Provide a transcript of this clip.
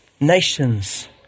nations